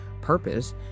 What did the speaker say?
purpose